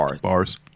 bars